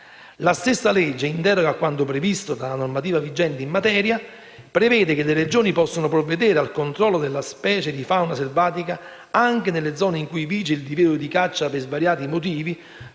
La stessa legge, in deroga a quanto previsto dalla normativa vigente in materia, prevede che le Regioni possano provvedere al controllo delle specie di fauna selvatica anche nelle zone in cui vige il divieto di caccia per svariati motivi,